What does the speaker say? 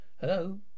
Hello